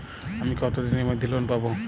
আমি কতদিনের মধ্যে লোন পাব?